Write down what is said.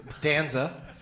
Danza